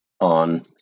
on